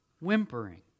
whimpering